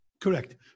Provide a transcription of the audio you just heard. Correct